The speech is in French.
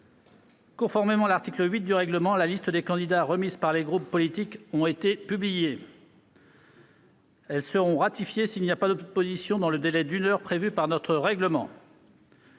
Conformément à l'article 8 du règlement, les listes des candidats remises par les groupes politiques ont été publiées. Elles seront ratifiées s'il n'y a pas d'opposition dans le délai d'une heure prévu par notre règlement.